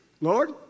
Lord